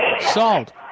Salt